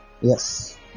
Yes